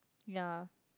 ya